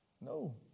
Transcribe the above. No